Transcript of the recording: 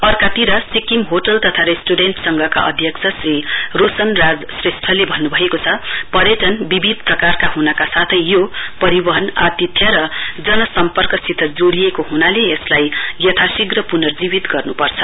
अर्कातिर सिक्किम होटल तथा रेस्टुरेन्ट संघका अध्यक्ष श्री रोशन राज श्रेष्टले भन्नुभएको छ पर्यटन विविध प्रकारका हुनका साथै यो परिवहन आतिथ्य र जनसम्पर्कसित जोड़िएको हुमाले यसलाई पर्थाशीघ्र पुनजीर्वित गर्नुपर्छ